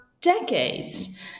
decades